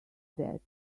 that